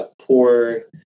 poor